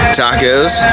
tacos